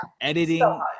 editing